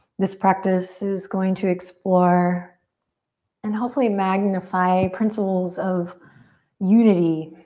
this practice is going to explore and hopefully magnify principles of unity.